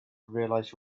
realize